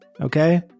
Okay